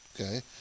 okay